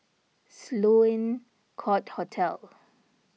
Sloane Court Hotel